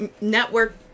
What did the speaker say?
network